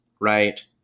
right